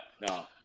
no